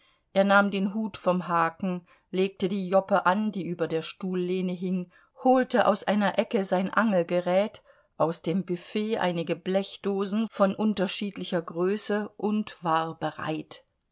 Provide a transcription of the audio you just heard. er nahm den hut vom haken legte die joppe an die über der stuhllehne hing holte aus einer ecke sein angelgerät aus dem büfett einige blechdosen von unterschiedlicher größe und war bereit